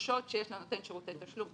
החולשות שיש לנותני שירותי תשלום,